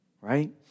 Right